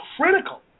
critical